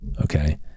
okay